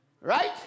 Right